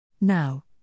Now